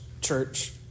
church